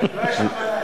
ברור שהוא רוצה.